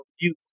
youth